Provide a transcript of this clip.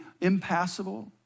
impassable